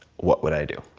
what would i do?